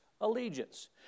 allegiance